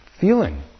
feeling